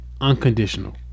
unconditional